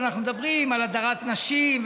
אנחנו מדברים על הדרת נשים,